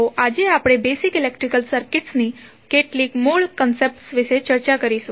તો આજે આપણે બેઝિક ઇલેક્ટ્રિકલ સર્કિટની કેટલીક મૂળ કન્સેપ્ટ વિશે ચર્ચા કરીશું